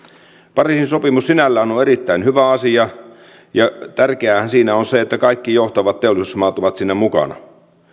pariisin sopimus sinällään on on erittäin hyvä asia ja tärkeäähän siinä on se että kaikki johtavat teollisuusmaat ovat siinä mukana